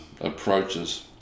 approaches